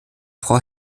frau